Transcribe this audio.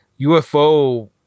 UFO